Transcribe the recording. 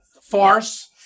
farce